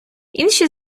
інші